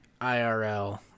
irl